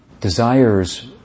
desires